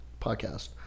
podcast